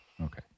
Okay